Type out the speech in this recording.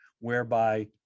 whereby